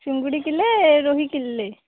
ଚୁଙ୍ଗୁଡ଼ି kilo ରୋହି kilo